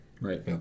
Right